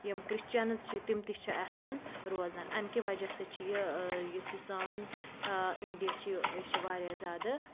یِم کِرٛسچَنٕز چھِ تِم تہِ چھِ اَتھ منٛز روزان اَمہِ کہِ وجہ سۭتۍ چھِ یہِ یُس یہِ سٲنۍ اِنڈیا چھِ یہِ چھِ واریاہ زیادٕ